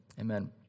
Amen